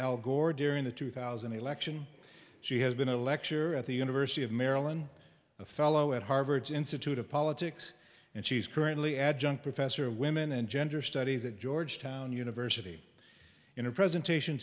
al gore during the two thousand election she has been a lecturer at the university of maryland a fellow at harvard's institute of politics and she's currently adjunct professor of women and gender studies at georgetown university in a presentation